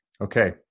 Okay